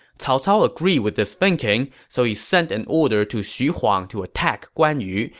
cao cao agreed with this thinking, so he sent an order to xu huang to attack guan yu,